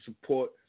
support